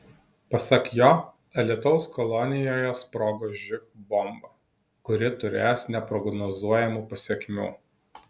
pasak jo alytaus kolonijoje sprogo živ bomba kuri turės neprognozuojamų pasekmių